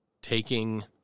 Taking